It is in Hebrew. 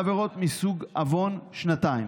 על עבירות מסוג עוון, שנתיים,